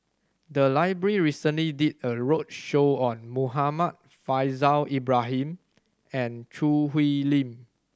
the library recently did a roadshow on Muhammad Faishal Ibrahim and Choo Hwee Lim